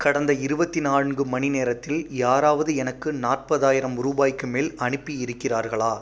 கடந்த இருபத்தி நான்கு மணி நேரத்தில் யாராவது எனக்கு நாற்பதாயிரம் ரூபாய்க்கு மேல் அனுப்பி இருக்கிறார்களா